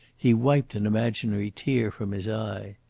he wiped an imaginary tear from his eye.